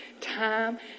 time